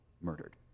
murdered